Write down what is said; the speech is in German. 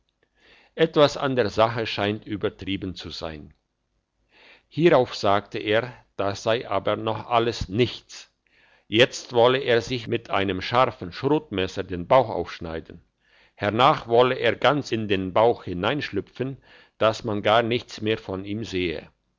etwas an der sache scheint übertrieben zu sein hierauf sagte er das sei aber noch alles nichts jetzt wolle er sich mit einem scharfen schrotmesser den bauch aufschneiden hernach wolle er ganz in den bauch hineinschlupfen dass man gar nichts mehr von ihm sehe